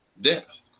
death